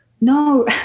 no